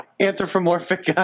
anthropomorphic